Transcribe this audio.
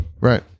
Right